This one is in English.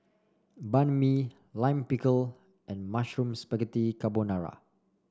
Banh Mi Lime Pickle and Mushroom Spaghetti Carbonara